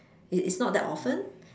it is not that often